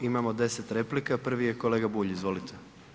Imamo 10 replika, prvi je kolega Bulj, izvolite.